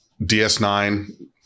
DS9